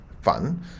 fun